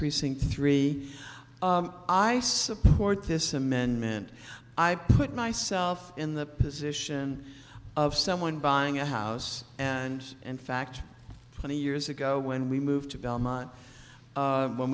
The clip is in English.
precinct three i support this amendment i put myself in the position of someone buying a house and in fact twenty years ago when we moved to belmont when